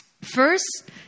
First